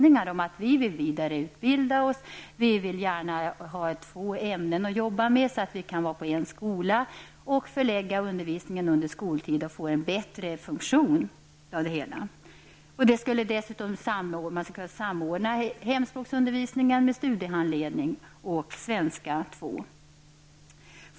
Dessa går ut på att de vill vidareutbilda sig och gärna undervisa i två ämnen så att de kan vara på en och samma skola. De vill också ha hemspråksundervisningen på skoltid, vilket gör att det hela fungerar bättre. Dessutom anser de att hemspråksundervisningen kan samordnas med studiehandledning och undervisning i svenska etapp 2.